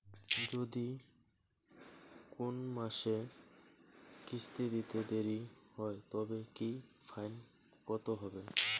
যদি কোন মাসে কিস্তি দিতে দেরি হয় তবে কি ফাইন কতহবে?